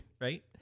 right